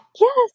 Yes